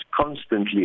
constantly